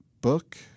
book